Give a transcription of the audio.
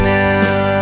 now